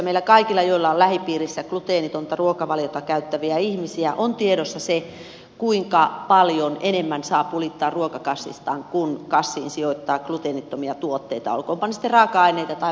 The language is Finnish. meillä kaikilla joilla on lähipiirissä gluteenitonta ruokavaliota käyttäviä ihmisiä on tiedossa se kuinka paljon enemmän saa pulittaa ruokakassistaan kun kassiin sijoittaa gluteenittomia tuotteita olkootpa ne sitten raaka aineita tai valmiita tuotteita